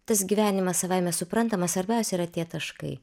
tas gyvenimas savaime suprantama svarbiausia yra tie taškai